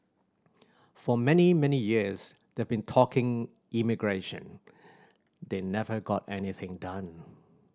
for many many years they've been talking immigration they never got anything done